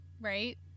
right